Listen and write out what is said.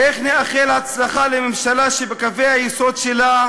איך נאחל הצלחה לממשלה שבקווי היסוד שלה